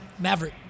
Maverick